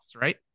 right